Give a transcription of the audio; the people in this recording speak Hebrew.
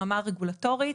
ברמה הרגולטורית,